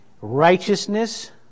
righteousness